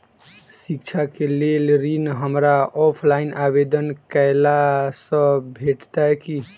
शिक्षा केँ लेल ऋण, हमरा ऑफलाइन आवेदन कैला सँ भेटतय की?